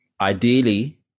ideally